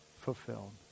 fulfilled